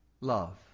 love